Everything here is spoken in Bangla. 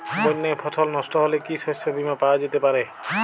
বন্যায় ফসল নস্ট হলে কি শস্য বীমা পাওয়া যেতে পারে?